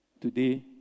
Today